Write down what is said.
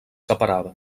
separava